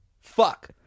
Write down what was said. Fuck